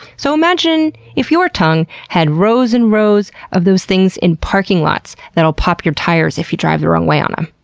so imagine if your tongue had rows and rows of those things in parking lots that will pop your tires if you drive the wrong way on them.